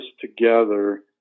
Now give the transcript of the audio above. together